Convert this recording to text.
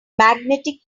magnetic